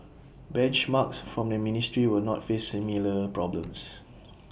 benchmarks from the ministry will not face similar problems